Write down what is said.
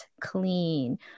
clean